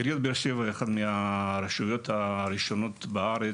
עיריית באר שבע היא אחת מהרשויות הראשונות בארץ